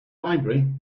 library